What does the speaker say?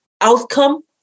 outcome